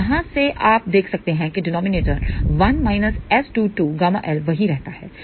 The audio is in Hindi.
तो यहाँ से आप देख सकते हैं कि डिनॉमिनेटर 1 S22ƬL वही रहता है